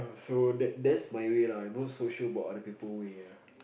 so that that's my way lah I not so sure about other people way